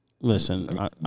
Listen